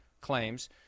claims